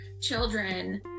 children